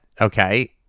okay